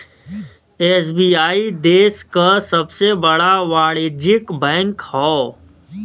SBI देश क सबसे बड़ा वाणिज्यिक बैंक हौ